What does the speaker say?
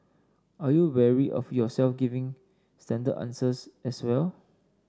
are you wary of yourself giving standard answers as well